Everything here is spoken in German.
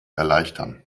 erleichtern